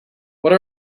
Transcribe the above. what